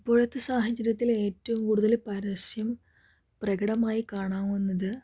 ഇപ്പോഴത്തെ സാഹചര്യത്തിൽ ഏറ്റവും കൂടുതൽ പരസ്യം പ്രകടമായി കാണാവുന്നത്